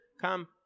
Come